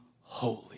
holy